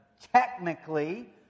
technically